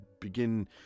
begin